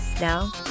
Now